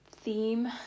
theme